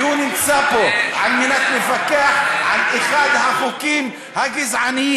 והוא נמצא פה לפקח על אחד החוקים הגזעניים